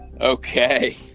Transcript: Okay